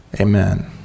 amen